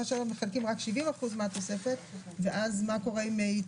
של קופה יעלה על 7% היא תשלם מחיר מלא.